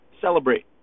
celebrate